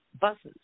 buses